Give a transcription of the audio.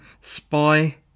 spy